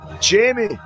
Jamie